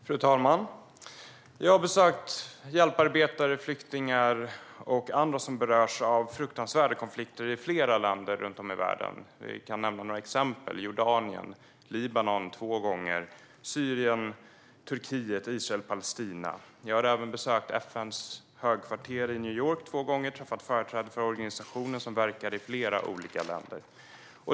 Fru talman! Jag har besökt hjälparbetare, flyktingar och andra som berörs av fruktansvärda konflikter i flera länder runt om i världen. Några exempel är Jordanien, Libanon, där jag har varit två gånger, Syrien, Turkiet, Israel och Palestina. Jag har även besökt FN:s högkvarter i New York två gånger och träffat företrädare för organisationer som verkar i flera olika länder.